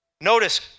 Notice